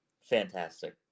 fantastic